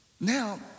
Now